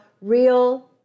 Real